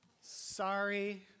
Sorry